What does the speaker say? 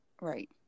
Right